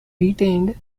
retained